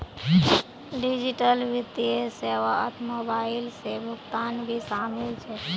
digital वित्तीय सेवात mobile से भुगतान भी शामिल छे